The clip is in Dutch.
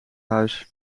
huis